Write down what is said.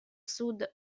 sud